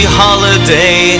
holiday